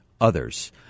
others